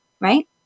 right